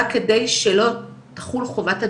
רק כדי שלא תחול חובת הדיווח,